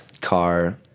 car